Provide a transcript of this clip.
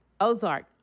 Ozark